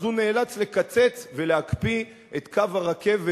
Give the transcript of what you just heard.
אז הוא נאלץ לקצץ ולהקפיא את קו הרכבת